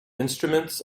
instruments